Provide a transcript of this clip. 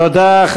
תודה.